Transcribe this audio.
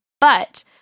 But-